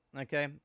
okay